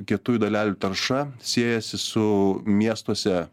kietųjų dalelių tarša siejasi su miestuose